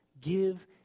give